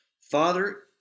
Father